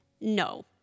No